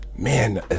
Man